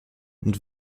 und